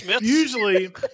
usually